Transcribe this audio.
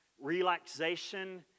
relaxation